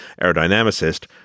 aerodynamicist